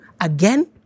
again